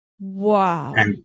Wow